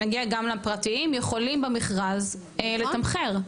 נגיע גם לפרטיים יכולים במכרז לתמחר,